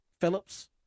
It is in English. Phillips